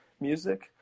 music